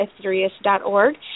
ethereus.org